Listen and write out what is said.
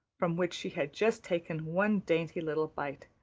from which she had just taken one dainty little bite,